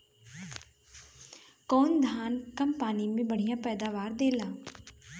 कौन धान कम पानी में बढ़या पैदावार देला?